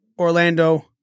Orlando